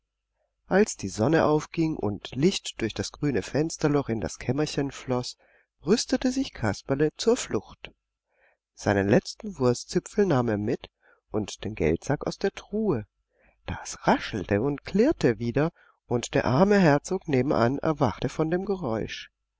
als die sonne aufging und licht durch das grüne fensterloch in das kämmerchen floß rüstete sich kasperle zur flucht seinen letzten wurstzipfel nahm er mit und den geldsack aus der truhe das raschelte und klirrte wieder und der arme herzog nebenan erwachte von dem geräusch